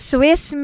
Swiss